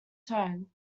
tone